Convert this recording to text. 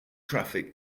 traffic